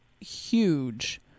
huge